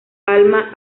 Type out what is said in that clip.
palma